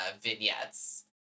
vignettes